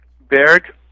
Berg